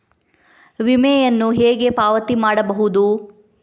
ವಿಮೆಯನ್ನು ಹೇಗೆ ಪಾವತಿ ಮಾಡಬಹುದು?